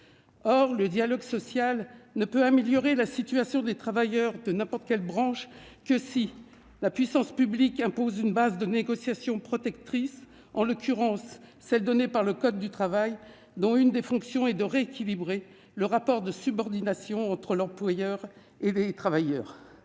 Le dialogue social ne peut améliorer la situation des travailleurs d'une branche, quelle qu'elle soit, que si la puissance publique impose une base de négociation protectrice, en l'occurrence celle proposée par le code du travail, dont une des fonctions est de rééquilibrer le rapport de subordination entre l'employeur et les travailleurs.